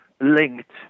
linked